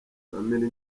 family